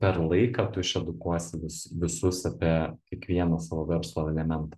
per laiką tu išedukuosi vis visus apie kiekvieną savo verslo elementą